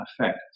effect